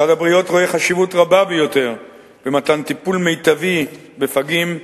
משרד הבריאות רואה חשיבות רבה ביותר במתן טיפול מיטבי לפגים,